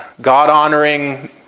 God-honoring